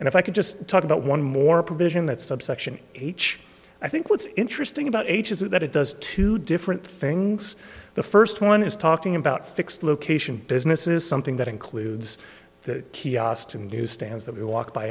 and if i could just talk about one more provision that subsection h i think what's interesting about ages is that it does two different things the first one is talking about fixed location business is something that includes that kiosks in newsstands that we walk by